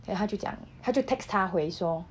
then 他就讲他就 text 他回说